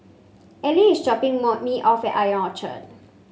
Ellery is dropping more me off at Ion Orchard